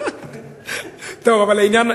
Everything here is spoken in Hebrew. קודם כול,